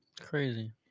Crazy